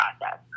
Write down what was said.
process